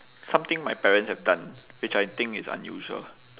something my parents have done which I think is unusual